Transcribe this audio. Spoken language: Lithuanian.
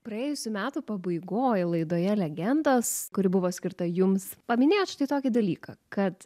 praėjusių metų pabaigoj laidoje legendos kuri buvo skirta jums paminėjot štai tokį dalyką kad